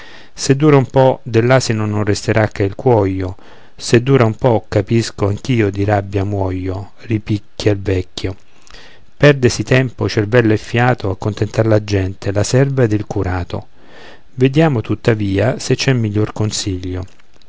se dura un po dell'asino non resterà che il cuoio se dura un po capisco che anch'io di rabbia muoio ripicchia il vecchio perdesi tempo cervello e fiato a contentar la gente la serva ed il curato vediamo tuttavia se c'è miglior consiglio